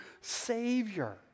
Savior